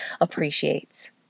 appreciates